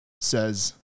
says